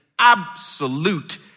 Absolute